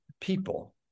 people